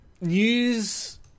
News